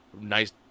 Nice